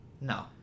No